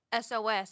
SOS